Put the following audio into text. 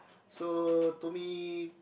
so to me